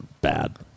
bad